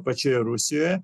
pačioje rusijoje